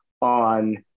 on